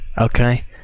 okay